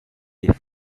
des